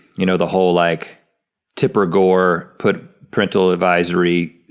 you know, the whole like tipper gore, put parental advisory,